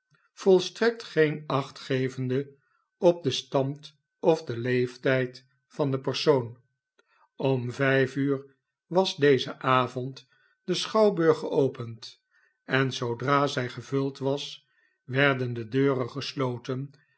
volstrekt geen acht gevende op den stand of den leeftijd van den persoon om vijf uur was dezen avond de schouwburg geopend en zoodra zij gevuld was werden de deuren gesloten